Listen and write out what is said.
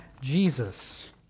Jesus